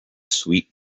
sweet